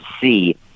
see